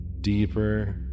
deeper